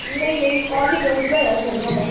ਨਹੀਂ ਨਹੀਂ only girls ਦਾ ਆ ਸ਼ਰਮਾ ਤਾਂ